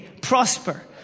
Prosper